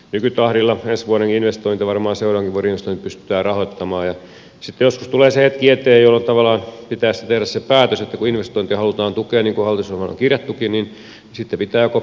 nykytahdilla ensi vuoden investoinnit ja varmaan seuraavankin vuoden investoinnit pystytään rahoittamaan ja sitten joskus tulee se hetki eteen jolloin tavallaan pitäisi tehdä päätös kun investointeja halutaan tukea niin kuin hallitusohjelmaan on kirjattukin